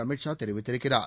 அமித்ஷா தெரிவித்திருக்கிறார்